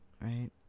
right